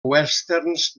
westerns